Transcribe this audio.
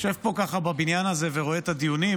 יושב פה ככה בבניין הזה ורואה את הדיונים.